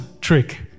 trick